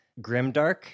Grimdark